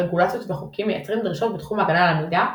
רגולציות וחוקים מייצרים דרישות בתחום ההגנה על המידע,